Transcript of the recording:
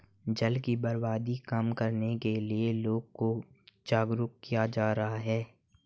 जल की बर्बादी कम करने के लिए लोगों को जागरुक किया जा रहा है